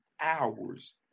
hours